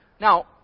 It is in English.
Now